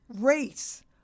race